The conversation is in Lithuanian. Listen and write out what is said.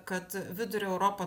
kad vidurio europa